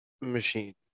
machine